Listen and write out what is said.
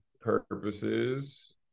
purposes